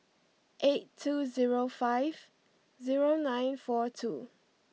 eight two zero five zero nine four two